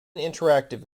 interactive